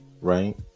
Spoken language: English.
Right